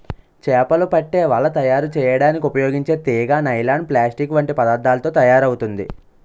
చేపలు పట్టే వల తయారు చేయడానికి ఉపయోగించే తీగ నైలాన్, ప్లాస్టిక్ వంటి పదార్థాలతో తయారవుతుంది